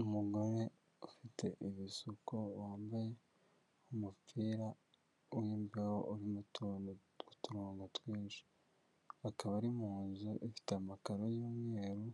Umugore ufite ibisuko wambaye umupira w'imbeho urimo utuntu tw'uturongo twinshi, akaba ari mu nzu ifite amakararo y'umweru,